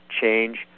change